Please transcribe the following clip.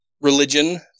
religion